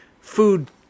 food